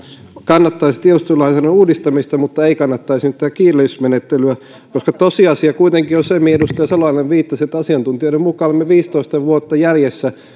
kannattaisi tiedustelulainsäädännön uudistamista mutta ei kannattaisi nyt tätä kiireellisyysmenettelyä koska tosiasia kuitenkin on se mihin edustaja salolainen viittasi että asiantuntijoiden mukaan olemme viisitoista vuotta jäljessä